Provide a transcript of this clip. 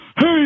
Hey